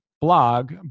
blog